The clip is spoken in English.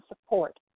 support